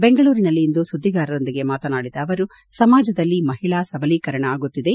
ಬೆಂಗಳೂರಿನಲ್ಲಿಂದು ಸುದ್ದಿಗಾರರೊಂದಿಗೆ ಮಾತನಾಡಿದ ಅವರು ಸಮಾಜದಲ್ಲಿ ಮಹಿಳಾ ಸಬಲೀಕರಣ ಆಗುತ್ತಿದೆ